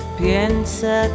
piensa